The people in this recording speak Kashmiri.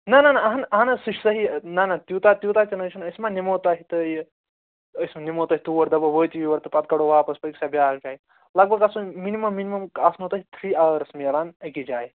نہ نہ نہ اہن اہن حظ سُہ چھُ صحیح نہ نہ تیوٗتاہ تیوٗتاہ تہِ نہٕ حظ چھِنہٕ أسۍ ما نِمو تۄہہِ تہٕ یہِ أسۍ نِمو تۄہہِ تور دَپو وٲتِو یور تہٕ پتہٕ کَڑو واپَس پٔکِو سا بیٛاکھ جاے لگ بگ آسَن مِنِمَم مِنِمَم آسنو تۄہہِ تھرٛی اَوٲرٕس میلان أکِس جایہِ